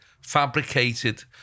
fabricated